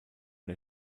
der